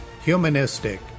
humanistic